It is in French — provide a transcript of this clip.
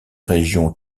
régions